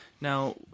Now